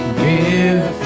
give